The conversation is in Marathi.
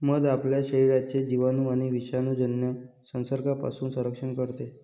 मध आपल्या शरीराचे जिवाणू आणि विषाणूजन्य संसर्गापासून संरक्षण करते